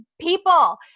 people